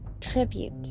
tribute